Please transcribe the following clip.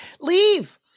leave